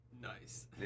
Nice